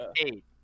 eight